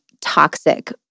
toxic